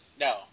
No